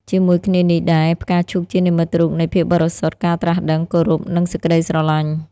ជាមួយគ្នានេះដែរ ផ្កាឈូកជានិមិត្តរូបនៃ ភាពបរិសុទ្ធ ការត្រាស់ដឹង គោរព និងសេចក្ដីស្រឡាញ់។